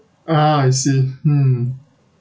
ah I see hmm